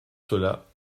cela